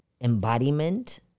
embodiment